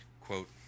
Quote